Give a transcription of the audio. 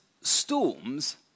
storms